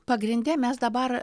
pagrinde mes dabar